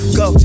go